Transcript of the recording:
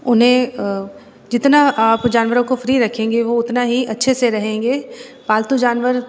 उन्हें जितना आप जानवरों को फ्री रखेंगे वो उतना ही अच्छे से रहेंगे पालतू जानवर